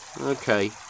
okay